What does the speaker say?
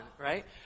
right